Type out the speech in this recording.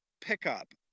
pickup